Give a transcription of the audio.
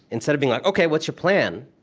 instead of being like, ok, what's your plan?